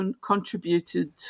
contributed